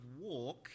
walk